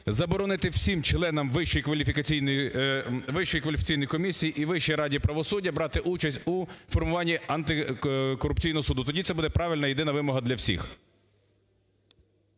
заборонити всім членам Вищої кваліфікаційної комісії і Вищій раді правосуддя брати участь у формуванні антикорупційного суду, тоді це буде правильна єдина вимога для всіх.